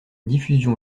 diffusion